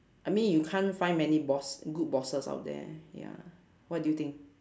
I mean you can't find many boss good bosses out there ya what do you think